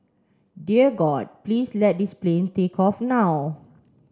dear God please let this plane take off now